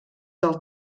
del